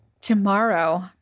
Tomorrow